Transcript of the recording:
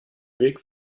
weg